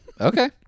Okay